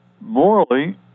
Morally